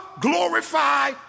glorify